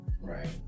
Right